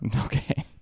Okay